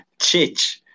Chich